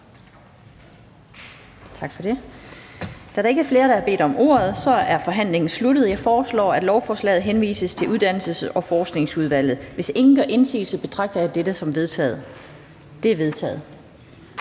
Tak for det. Da der ikke er flere, der har bedt om ordet, er forhandlingen sluttet. Jeg foreslå, at lovforslaget henvises til Uddannelses- og Forskningsudvalget. Hvis ingen gør indsigelse, betragter jeg det som vedtaget. Det er vedtaget.